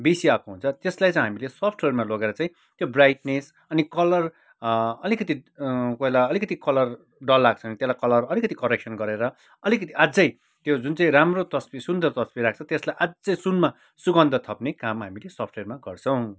बेसी आएको हुन्छ त्यसलाई चाहिँ हामीले स्वफ्टवेरमा लगेर चाहिँ त्यो ब्राइटनेस अनि कलर अलिकति कोही बेला अलिकति कलर डल आएको छ भने त्यसलाई कलर अलिकति करेक्सन गरेर अलिकति अझै त्यो जुन चाहिँ राम्रो तस्बिर सुन्दर तस्बिर आएको छ त्यसलाई अझै सुनमा सुगन्ध थप्ने काम हामीले स्फ्टवेरमा गर्छौँ